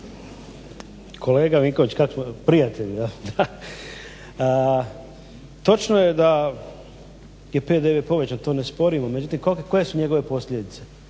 Kolega Vinković, prijatelju da, točno je da je PDV povećan to ne sporimo, međutim koje su njegove posljedice.